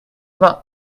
vingt